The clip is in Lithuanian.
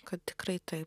kad tikrai taip